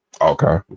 Okay